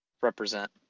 represent